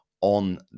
on